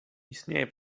istnieje